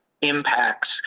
impacts